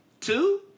Two